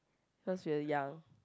cause we're young